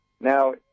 Now